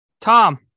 Tom